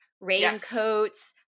raincoats